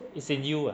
it's in you uh